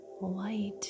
light